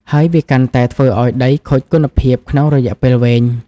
ហើយវាកាន់តែធ្វើឱ្យដីខូចគុណភាពក្នុងរយៈពេលវែង។